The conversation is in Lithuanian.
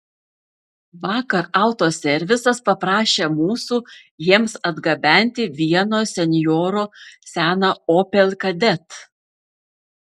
vakar autoservisas paprašė mūsų jiems atgabenti vieno senjoro seną opel kadett